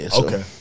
Okay